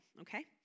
okay